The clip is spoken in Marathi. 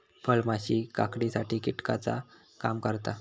फळमाशी काकडीसाठी कीटकाचा काम करता